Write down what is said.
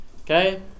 okay